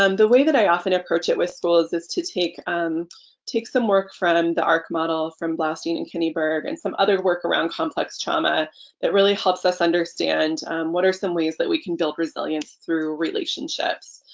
um the way that i often approach it with school is is to take um take some work from the arc model from blaustein and kinniburgh and some other work around complex trauma that really helps us understand what are some ways that we can build resilience through relationships.